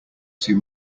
too